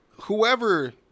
whoever